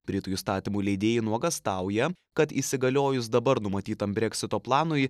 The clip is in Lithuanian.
britų įstatymų leidėjai nuogąstauja kad įsigaliojus dabar numatytam breksito planui